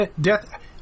Death